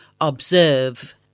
observe